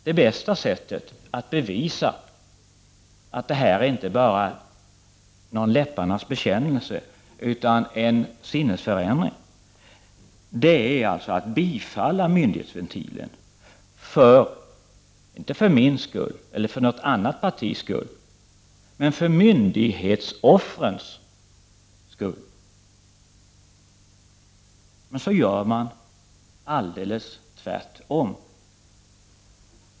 Det bästa sättet att bevisa att det här inte bara är en läpparnas bekännelse, utan en sinnesförändring är att bifalla myndighetsventilen, inte för min eller för något annat partis skull utan för myndighetsoffrens skull. Ändå gör man alldeles tvärtom.